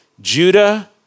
Judah